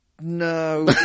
No